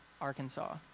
Arkansas